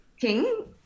king